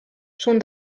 schon